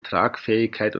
tragfähigkeit